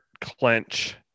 clench